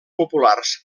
populars